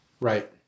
right